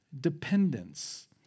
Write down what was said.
Dependence